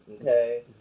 okay